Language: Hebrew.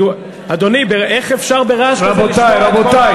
אדוני, איך אפשר ברעש כזה, רבותי, רבותי.